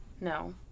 No